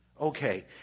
Okay